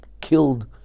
killed